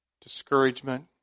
discouragement